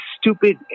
stupid